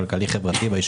כשמשרד הכלכלה יהיה כאן,